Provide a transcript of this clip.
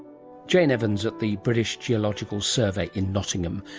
jane evans at the british geological survey in nottingham,